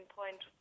point